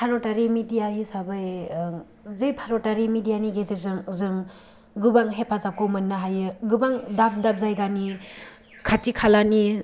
भारतारि मिडिया हिसाबै जे भारतारि मिडियानि गेजेरजों जों गोबां हेफाजाबखौ मोननो हायो गोबां दाब दाब जायगानि खाथि खालानि